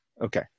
Okay